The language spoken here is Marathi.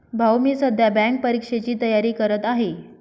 भाऊ मी सध्या बँक परीक्षेची तयारी करत आहे